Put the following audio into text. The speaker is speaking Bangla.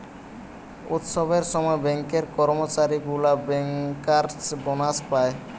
উৎসবের সময় ব্যাঙ্কের কর্মচারী গুলা বেঙ্কার্স বোনাস পায়